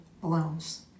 blooms